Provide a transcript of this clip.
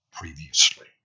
previously